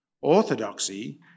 Orthodoxy